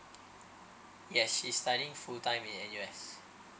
yes she's studying full time in N_U_S